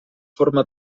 forma